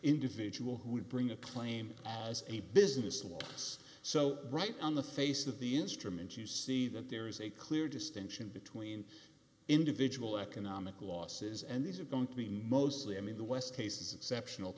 individual who bring a claim as a business with us so right on the face of the instrument you see that there is a clear distinction between individual economic losses and these are going to be mostly i mean the west case is exceptional